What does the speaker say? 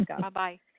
bye-bye